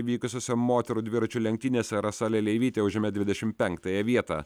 vykusiose moterų dviračių lenktynėse rasa leleivytė užėmė dvidešim penktąją vietą